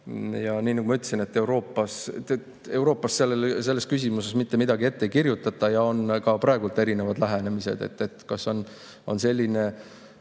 Nii nagu ma ütlesin, Euroopas selles küsimuses mitte midagi ette ei kirjutata ja on ka praegu erinevad lähenemised, kas on selline